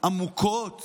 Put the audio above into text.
עמוקות